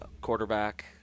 quarterback